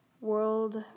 world